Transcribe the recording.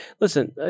Listen